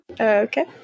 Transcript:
Okay